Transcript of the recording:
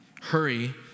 Hurry